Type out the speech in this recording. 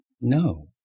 no